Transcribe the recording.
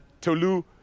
Tolu